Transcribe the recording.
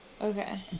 Okay